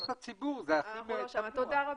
תודה רבה.